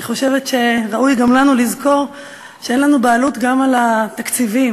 אני חושבת שראוי גם לנו לזכור שאין לנו בעלות גם על התקציבים,